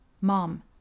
Mom